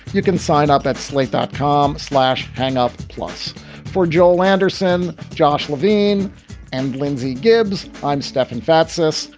you can sign up at slate dot com slash hang up. plus for joel anderson, josh levine and lindsay gibbs. i'm stefan fatsis,